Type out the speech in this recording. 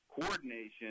coordination